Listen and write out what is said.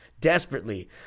Desperately